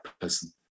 person